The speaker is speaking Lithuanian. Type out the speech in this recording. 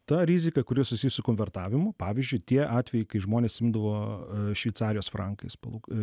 ta rizika kuri susijusi su konvertavimu pavyzdžiui tie atvejai kai žmonės imdavo šveicarijos frankais palūka